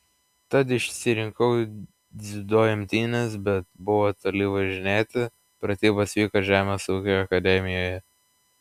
tad išsirinkau dziudo imtynes bet buvo toli važinėti pratybos vyko žemės ūkio akademijoje